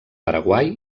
paraguai